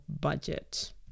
budget